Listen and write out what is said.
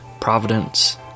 Providence